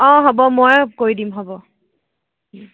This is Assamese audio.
অঁ হ'ব ময়েই কৰি দিম হ'ব